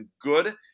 good